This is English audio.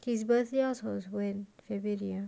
his birthday house was when february ah